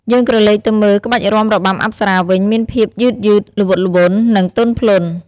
យើងក្រឡេកទៅមើល ក្បាច់រាំរបាំអប្សរាវិញ មានភាព យឺតៗ ល្វត់ល្វន់ និង ទន់ភ្លន់។